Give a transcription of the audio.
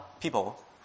people